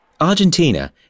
Argentina